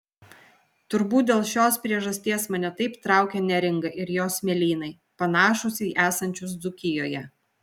turbūt dėl šios priežasties mane taip traukia neringa ir jos smėlynai panašūs į esančius dzūkijoje